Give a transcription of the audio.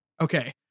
okay